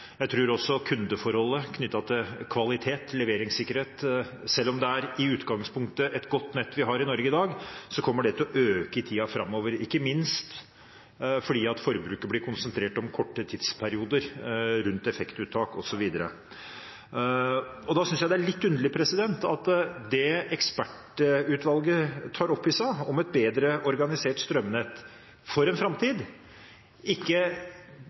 jeg tror også kundeforholdet knyttet til kvalitet og leveringssikkerhet. Selv om vi i utgangspunktet har et godt nett i Norge i dag, kommer det til å øke i tiden framover, ikke minst fordi forbruket blir konsentrert om korte tidsperioder rundt effektuttak osv. Da synes jeg det er litt underlig at det ekspertutvalget tar opp i seg om et bedre organisert strømnett for en framtid, ikke